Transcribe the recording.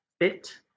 fit